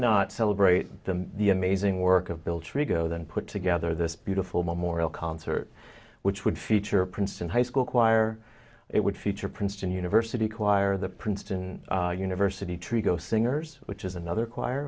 not celebrate the amazing work of bill to go then put together this beautiful memorial concert which would feature princeton high school choir it would feature princeton university choir the princeton university trigo singers which is another choir